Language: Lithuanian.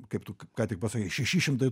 kaip tu ką tik pasakei šeši šimtai